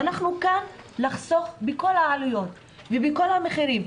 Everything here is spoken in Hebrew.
ואנחנו כאן לחסוך בכל העלויות ובכל המחירים,